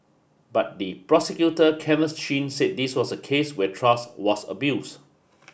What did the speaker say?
but the prosecutor Kenneth Chin said this was a case where trust was abused